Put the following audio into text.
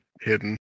hidden